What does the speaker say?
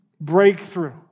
breakthrough